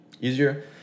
easier